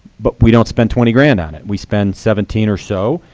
but we don't spend twenty grand on it. we spend seventeen or so.